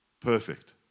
perfect